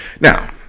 Now